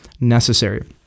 necessary